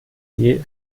die